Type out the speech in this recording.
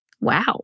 Wow